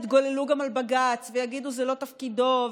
יתגוללו גם על בג"ץ ויגידו: זה לא תפקידו,